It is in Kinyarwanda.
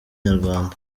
nyarwanda